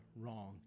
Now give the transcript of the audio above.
wrong